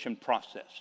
process